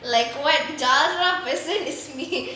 like what ஜால்ரா பேசி:jalra pesi